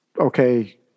okay